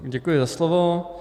Děkuji za slovo.